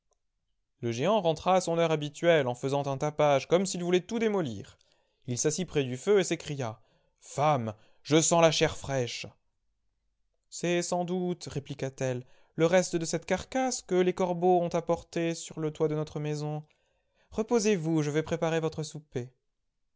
le géant rentra à son heure habituelle en faisant un tapage comme s'il voulait tout démolir il s'assit près du feu et s'écria femme je sens la chair fraîche c'est sans doute répliqua-t-elle le reste de cette carcasse que les corbeaux ont apportée sur le toit de notre maison reposez-vous je vais préparer votre souper